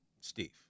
Steve